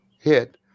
hit